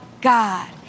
God